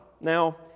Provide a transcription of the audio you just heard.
Now